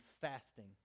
fasting